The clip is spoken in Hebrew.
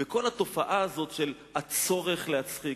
כל התופעה הזאת של הצורך להצחיק.